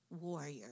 warrior